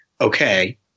okay